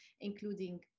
including